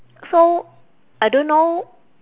so I don't know